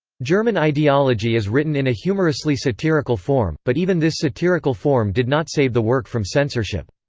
german ideology is written in a humorously satirical form, but even this satirical form did not save the work from censorship.